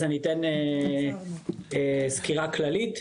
אז אני אתן סקירה כללית.